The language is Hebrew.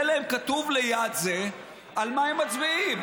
יהיה להם כתוב ליד זה על מה הם מצביעים.